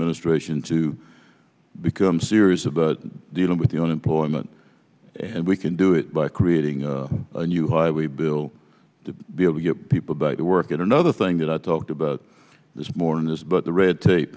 ministration to become serious about dealing with the unemployment and we can do it by creating a new highway bill to be able to get people back to work another thing that i talked about this morning this but the red tape